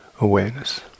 awareness